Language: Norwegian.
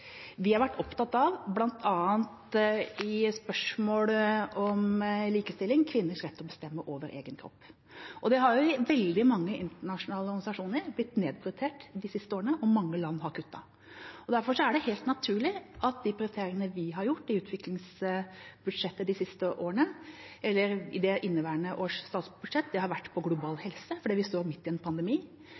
Vi har vært opptatt av, bl.a. i spørsmålet om likestilling, kvinners rett til å bestemme over egen kropp. Det har i veldig mange internasjonale organisasjoner blitt nedprioritert de siste årene, og mange land har kuttet. Derfor er det helt naturlig at de prioriteringene vi har gjort i utviklingsbudsjettet de siste årene, eller i inneværende års statsbudsjett, har vært på global helse, fordi vi står midt i en